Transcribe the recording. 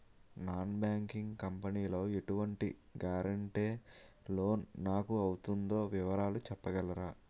Non banking company లో ఎటువంటి guarantee loan నాకు అవుతుందో వివరాలు చెప్పగలరా?